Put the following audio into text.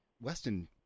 Weston